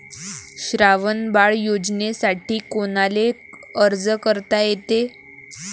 श्रावण बाळ योजनेसाठी कुनाले अर्ज करता येते?